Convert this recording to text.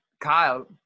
Kyle